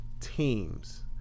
teams